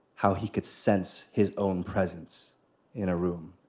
how he could sense his own presence in a room.